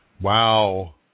wow